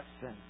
sin